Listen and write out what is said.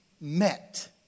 met